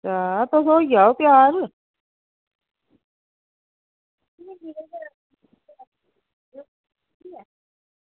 हां तुस होई जाओ त्यार